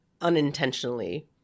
unintentionally